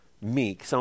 meek